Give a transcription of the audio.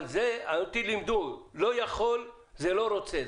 אבל אותי לימדו לא יכול זה לא רוצה.